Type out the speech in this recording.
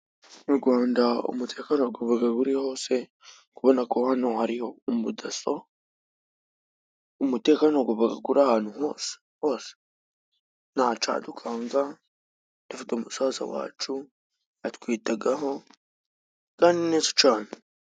Mu rwanda umutekano gubaga guri hose, uri kubona ko hano hariho umudaso, umutekano gubaga guri ahantu hose hose ntacadukanga dufite umusaza wacu atwitagaho Kandi neza cane.